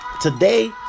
today